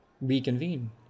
reconvene